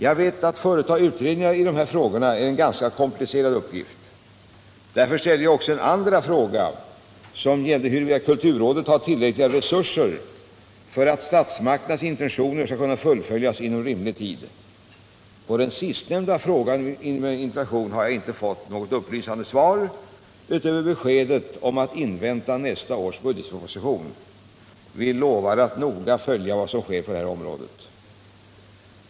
Att företa utredningar i dessa frågor är en ganska komplicerad uppgift. Därför ställde jag också en andra fråga, som gällde huruvida kulturrådet har tillräckliga resurser för att statsmakternas intentioner skall kunna fullföljas inom rimlig tid. På den sistnämnda frågan i min interpellation har jag inte fått något upplysande svar utöver beskedet om att invänta nästa års budgetproposition. Vi lovar att noga följa vad som sker på detta område.